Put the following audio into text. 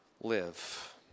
live